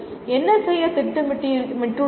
என்ன செய்ய திட்டமிட்டுள்ளீர்கள்